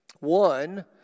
One